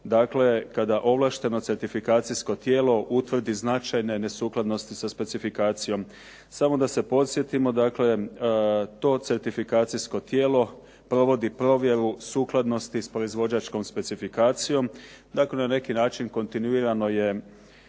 dakle kada ovlašteno certifikacijsko tijelo utvrdi značajne nesukladnosti sa specifikacijom. Samo da se podsjetimo, to certifikacijsko tijelo provodi provjeru sukladnosti s proizvođačkom specifikacijom. Dakle, na neki način kontinuirano je